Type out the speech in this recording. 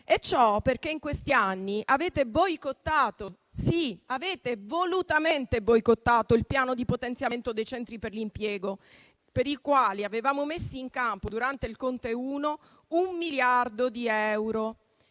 e ciò perché in questi anni avete boicottato - sì, lo avete fatto volutamente - il piano di potenziamento dei centri per l'impiego, per i quali avevamo messo in campo, durante il Governo Conte I, un miliardo di euro,